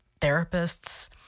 therapists